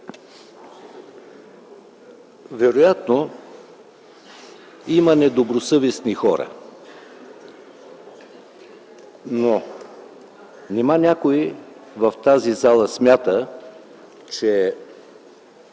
Вероятно има недобросъвестни хора, но нима някой в тази зала смята, че